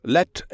Let